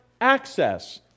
access